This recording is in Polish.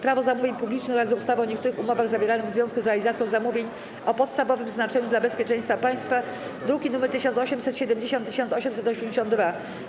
Prawo zamówień publicznych oraz ustawy o niektórych umowach zawieranych w związku z realizacją zamówień o podstawowym znaczeniu dla bezpieczeństwa państwa (druki nr 1870 i 1882)